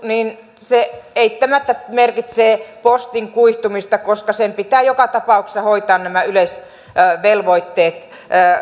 niin se eittämättä merkitsee postin kuihtumista koska sen pitää joka tapauksessa hoitaa nämä yleisvelvoitteet